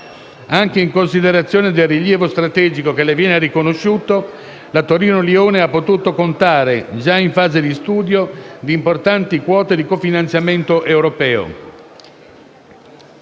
Anche in considerazione del rilievo strategico che le viene riconosciuto, la Torino-Lione ha potuto contare, già in fase di studio, di importanti quote di cofinanziamento europeo.